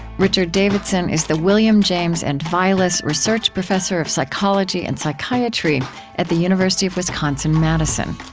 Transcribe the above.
richard davidson is the william james and vilas research professor of psychology and psychiatry at the university of wisconsin-madison.